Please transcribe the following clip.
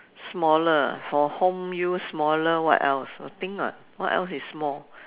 smaller for home use smaller what else nothing [what] what else is small